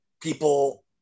People